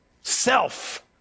self